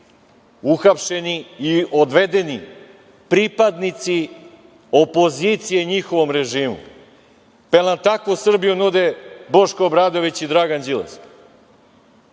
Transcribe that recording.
uhapšeni i odvedeni pripadnici opozicije njihovom režimu. Jel nam takvu Srbiju nude Boško Obradović i Dragan Đilas?